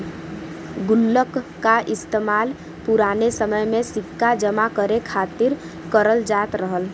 गुल्लक का इस्तेमाल पुराने समय में सिक्का जमा करे खातिर करल जात रहल